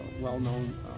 well-known